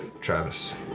Travis